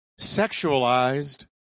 sexualized